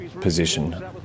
position